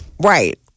Right